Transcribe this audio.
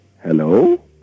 Hello